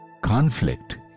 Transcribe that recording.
conflict